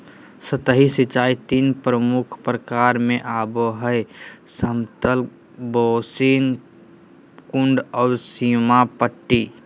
सतही सिंचाई तीन प्रमुख प्रकार में आबो हइ समतल बेसिन, कुंड और सीमा पट्टी